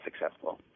successful